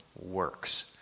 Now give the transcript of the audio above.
works